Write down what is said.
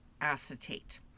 acetate